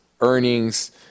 earnings